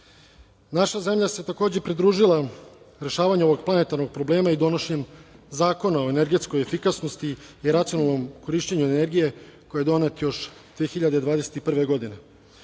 zemlja se takođe pridružila rešavanju ovog problema i donošenjem Zakona o energetskoj efikasnosti i racionalnom korišćenju energije, koji je donet još 2021. godine.